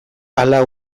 hala